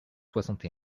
soixante